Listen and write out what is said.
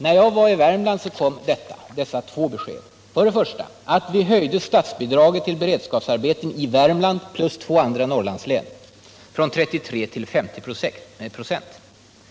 När jag var i Värmland kom följande två besked: För det första att vi hade höjt statsbidraget till beredskapsarbeten i Värmland och två Norrlandslän från 33 till 50 26.